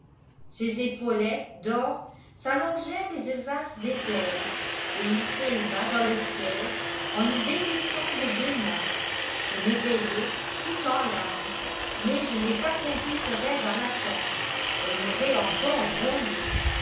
ses épaulettes d'or s'allongèrent et devinrent des ailes et il s'éleva dans le ciel en nous bénissant des deux mains je m'éveillai tout en larmes mais je n'ai pas conté ce rêve à ma tante elle m'aurait encore grondée